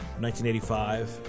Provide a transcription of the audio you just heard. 1985